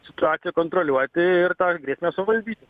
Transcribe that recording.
situaciją kontroliuoti ir tas grėsmes suvaldyti